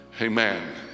amen